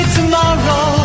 tomorrow